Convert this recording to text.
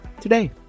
today